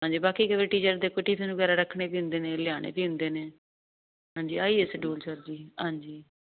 ਹਾਂਜੀ ਬਾਕੀ ਟੀਚਰ ਦੇਖੋ ਟੀਫਨ ਵਗੈਰਾ ਰੱਖਣੇ ਵੀ ਹੁੰਦੇ ਨੇ ਲਿਆਣੇ ਵੀ ਹੁੰਦੇ ਨੇ ਹਾਂਜੀ ਆਡੂਲ ਸਰ ਜੀ ਹਾਂਜੀ